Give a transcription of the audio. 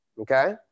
Okay